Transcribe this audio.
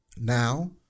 now